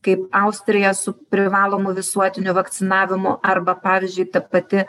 kaip austrija su privalomu visuotiniu vakcinavimu arba pavyzdžiui ta pati